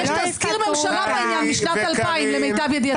יש תזכיר ממשלה בעניין משנת 2000, למיטב ידיעתך.